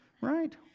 right